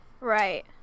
right